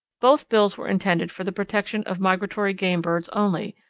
both bills were intended for the protection of migratory game birds only,